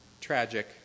Tragic